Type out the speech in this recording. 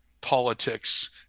politics